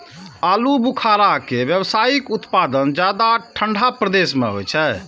आलू बुखारा के व्यावसायिक उत्पादन ज्यादा ठंढा प्रदेश मे होइ छै